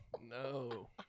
No